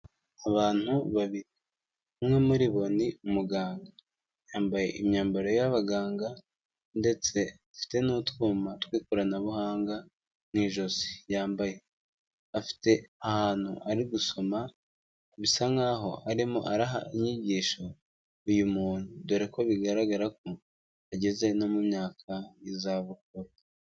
Abantu babiri, umwe muri bo ni umuganga, yambaye imyambaro y'abaganga, ndetse afite n'utwuma tw'ikoranabuhanga mu ijosi yambaye, afite ahantu ari gusoma, bisa nk'aho arimo araha inyigisho uyu muntu, dore ko bigaragara ko ageze no mu myaka y'izabukuru.